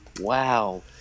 Wow